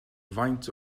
faint